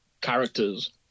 characters